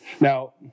Now